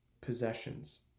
possessions